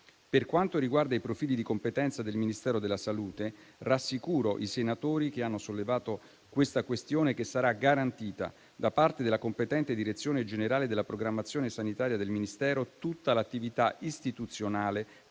Per quanto riguarda i profili di competenza del Ministero della salute, rassicuro i senatori che hanno sollevato la questione che sarà garantita, da parte della competente direzione generale della programmazione sanitaria del Ministero, tutta l'attività istituzionale